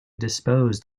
disposed